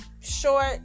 short